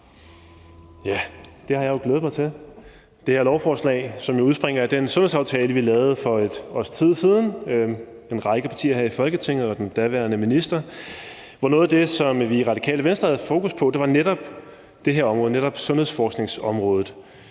har jeg jo glædet mig til. Det udspringer af den sundhedsaftale, vi lavede for et års tid siden mellem en række partier her i Folketinget og den daværende minister, og noget af det, som vi i Radikale Venstre havde fokus på, var netop sundhedsforskningsområdet.